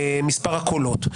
ולמספר הקולות,